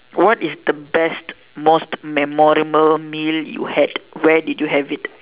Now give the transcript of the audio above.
what is the best most memorable meal you had where did you have it